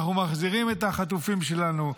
אנחנו מחזירים את החטופים שלנו,